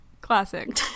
Classic